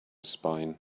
spine